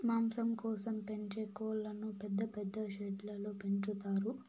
మాంసం కోసం పెంచే కోళ్ళను పెద్ద పెద్ద షెడ్లలో పెంచుతారు